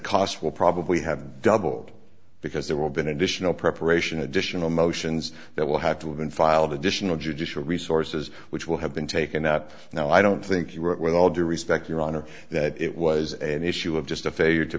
costs will probably have doubled because there will be an additional preparation additional motions that will have to have been filed additional judicial resources which will have been taken up now i don't think he wrote with all due respect your honor that it was an issue of just a failure to